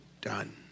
done